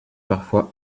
parfois